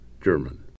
German